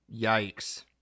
yikes